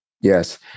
Yes